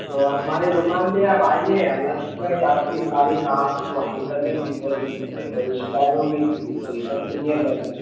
تو ہمارے دکان پہ آپ آئیے اللہ کا شکر ہے کہ آپ کے سارے کام کو حل کر دیں گے کوئی دقت نہیں ہے کوئی بھی شکایت ہوگی تو پھر اس کو ریٹرن کر دیا جائے گا